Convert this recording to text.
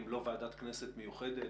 אם לא ועדת כנסת מיוחדת,